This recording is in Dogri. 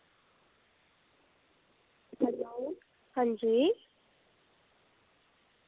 अंजी